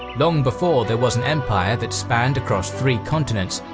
long before there was an empire that spanned across three continents,